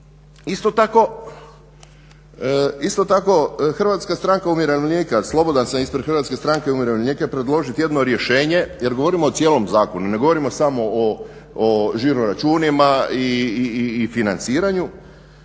Isto tako HSU slobodan sam ispred stranke HSU-a predložiti jedno rješenje jer govorimo o cijelom zakonu, ne govorimo samo o žiroračunima i financiranju,